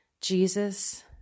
Jesus